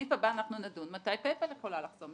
בסעיף הבא אנחנו נדון מתי Pay-Pal כולה לחתום,